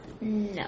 No